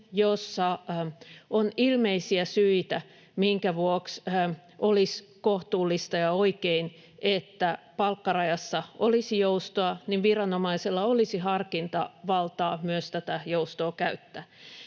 jossa on ilmeisiä syitä, joiden vuoksi olisi kohtuullista ja oikein, että palkkarajassa olisi joustoa, viranomaisella olisi harkintavaltaa myös tätä joustoa käyttää.